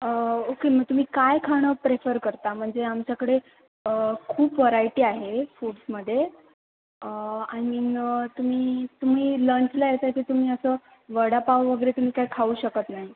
okay मग तुम्ही काय खाणं प्रेफर करता म्हणजे आमच्याकडे खूप वरायटी आहे फूड्समध्ये आय मीन तुम्ही तुम्ही लंचला यायचं आहे की तुम्ही असं वडापाव वगैरे तुम्ही काय खाऊ शकत नाही